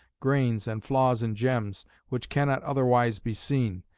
grains and flaws in gems, which cannot otherwise be seen,